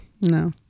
No